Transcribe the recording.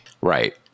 right